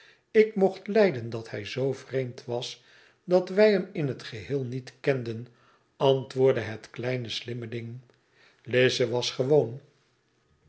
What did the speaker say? ik mocht lijden dat hij z vreemd was dat wij hem in t geheel niet kenden antwoordde het kleine slimme diiag lize was gewoon